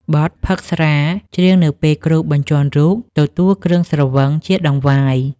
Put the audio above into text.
បទផឹកស្រា ច្រៀងនៅពេលគ្រូបញ្ជាន់រូបទទួលគ្រឿងស្រវឹងជាដង្វាយ។